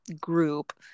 group